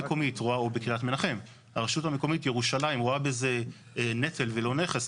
בקריית מנחם הרשות המקומית ירושלים רואה בזה נטל ולא נכס,